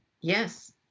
Yes